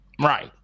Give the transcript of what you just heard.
Right